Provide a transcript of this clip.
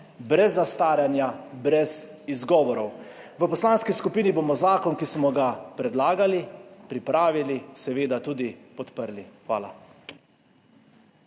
Brez zastaranja, brez izgovorov. V poslanski skupini bomo zakon, ki smo ga predlagali, pripravili, seveda tudi podprli. Hvala.